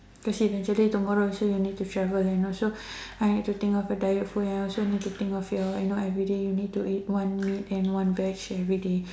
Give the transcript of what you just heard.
cause eventually tomorrow you also need to travel I also need think of your diet I also need to think of your everyday you need to eat one veg and one meat everyday